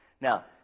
Now